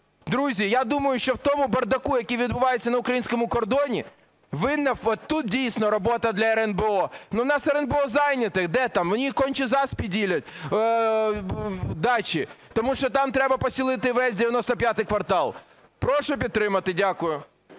Друзі, я думаю, що в тому бардаку, який відбувається на українському кордоні, винна... Тут дійсно робота для РНБО. Но у нас РНБО зайняте, де там, вони у Кончі-Заспі ділять дачі, тому що там треба поселити весь "95 квартал". Прошу підтримати. Дякую.